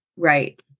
Right